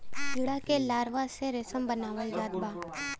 कीड़ा के लार्वा से रेशम बनावल जात बा